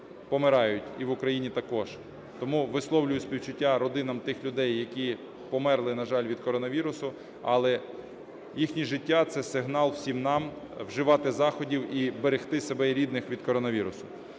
помирають, і в Україні також. Тому висловлюю співчуття родинам тих людей, які померли, на жаль, від коронавірусу. Але їхнє життя – це сигнал всім нам вживати заходів і берегти себе і рідних від коронавірусу.